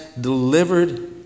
delivered